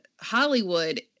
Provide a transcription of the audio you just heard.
Hollywood